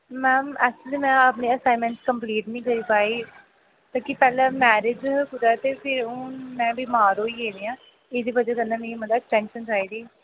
ma'am actually ma'am में अपनी assignment complete नी करी पाई क्योंकि पैह्ले मैरिज कुतै ते हून में बीमार होई गेदी आं एह्दी बजह् कन्नै मि मतलब ऐक्सटेंशन चाहिदी